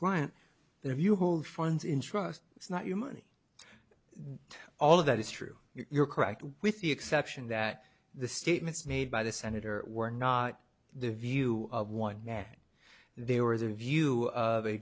client that if you hold funds in trust it's not your money all of that is true you're correct with the exception that the statements made by the senator were not the view of one that there was a review of a